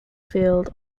field